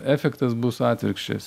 efektas bus atvirkščias